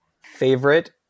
Favorite